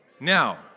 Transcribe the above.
now